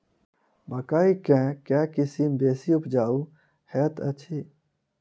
मकई केँ के किसिम बेसी उपजाउ हएत अछि?